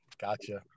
gotcha